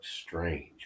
strange